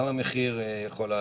גם המחיר יכול לעלות.